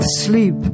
sleep